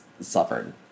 suffered